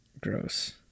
Gross